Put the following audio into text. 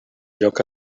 lloc